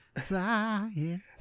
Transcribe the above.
flying